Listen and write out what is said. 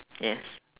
yes